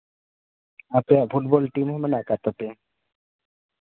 ᱟᱯᱮᱭᱟᱜ football team ᱦᱚᱸ ᱢᱮᱱᱟᱜ ᱠᱟᱜ ᱛᱟᱯᱮᱭᱟ